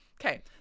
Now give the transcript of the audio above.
Okay